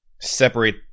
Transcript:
separate